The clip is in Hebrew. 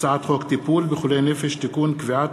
הצעת חוק טיפול בחולי נפש (תיקון,